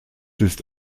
ist